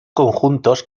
conjuntos